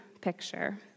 picture